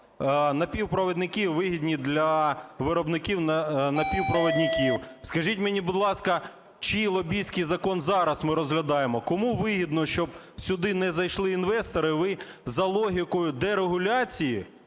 напівпровідники вигідні для виробників напівпровідників. Скажіть мені, будь ласка, чий лобістській закон зараз ми розглядаємо? Кому вигідно, щоб сюди не зайшли інвестори? Ви за логікою дерегуляції,